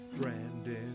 Brandon